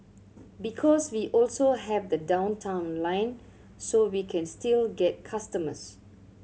because we also have the Downtown Line so we can still get customers